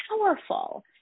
powerful